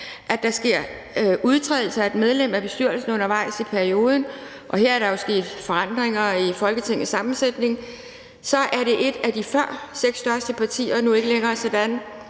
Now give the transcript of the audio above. der sker udtrædelse af et medlem af bestyrelsen undervejs i perioden – her er der jo sket forandringer af Folketingets sammensætning; et af de før seks største partier er nu ikke længere blandt